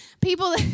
people